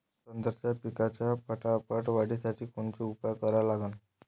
संत्रा पिकाच्या फटाफट वाढीसाठी कोनचे उपाव करा लागन?